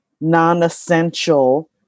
non-essential